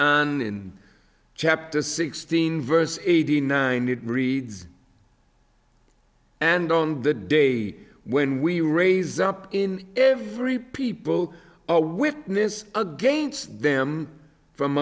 and in chapter sixteen verse eighteen nine it reads and on the day when we raise up in every people witness against them from